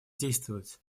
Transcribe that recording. действовать